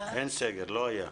לא היה.